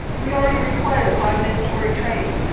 we already require five mandatory trainings.